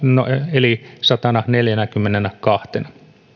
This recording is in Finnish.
eli satananeljänäkymmenenäkahtena